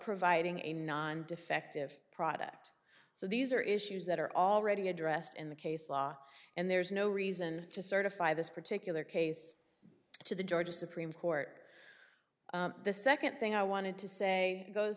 providing a non defective product so these are issues that are already addressed in the case law and there's no reason to certify this particular case to the georgia supreme court the second thing i wanted to say goes